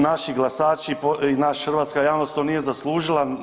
Naši glasači i naša hrvatska javnost to nije zaslužila.